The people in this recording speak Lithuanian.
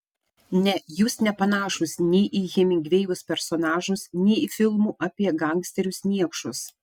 ne jūs nepanašūs nei į hemingvėjaus personažus nei į filmų apie gangsterius niekšus